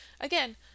again